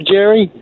Jerry